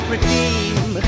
Redeem